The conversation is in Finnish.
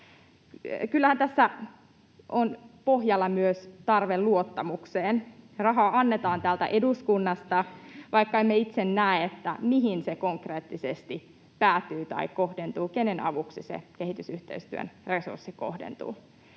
Kyllähän tässä on pohjalla myös tarve luottamukseen. Rahaa annetaan täältä eduskunnasta, vaikka emme itse näe, mihin se konkreettisesti päätyy tai kohdentuu, kenen avuksi se kehitysyhteistyön resurssi kohdentuu.